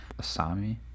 Asami